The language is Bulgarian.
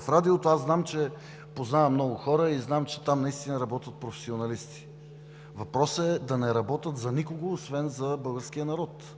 става дума. Познавам много хора и знам, че в Радиото наистина работят професионалисти. Въпросът е да не работят за никого, освен за българския народ.